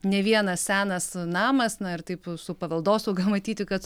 ne vienas senas namas na ir taip su paveldosauga matyti kad